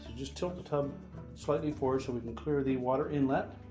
just tilt the tub slightly forward so we can clear the water inlet,